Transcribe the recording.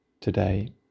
today